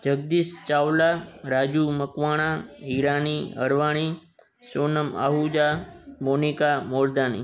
Jagdish Chawla Raju Makwana Hirani Arwani Sonam Ahuja Monika Mordani